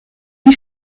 wie